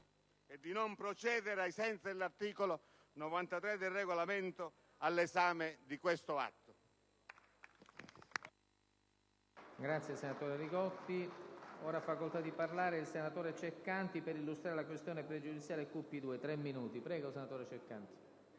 di non procedere, ai sensi dell'articolo 93 del Regolamento, all'esame di questo atto.